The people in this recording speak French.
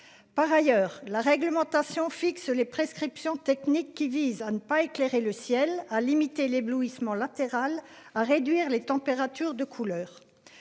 Par ailleurs la réglementation fixe les prescriptions techniques qui visent à ne pas éclairer le ciel à limiter l'éblouissement latéral à réduire les températures de couleur.